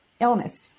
illness